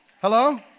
Hello